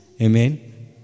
Amen